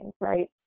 right